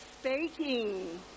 speaking